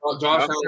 Josh